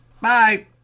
Bye